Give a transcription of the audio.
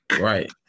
Right